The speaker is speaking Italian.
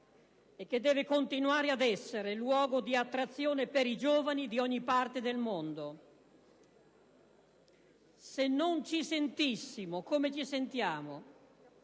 e che deve continuare ad essere luogo di attrazione per i giovani di ogni parte del mondo; se non ci sentissimo, come ci sentiamo,